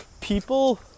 people